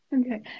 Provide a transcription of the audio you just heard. okay